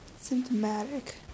Symptomatic